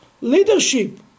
leadership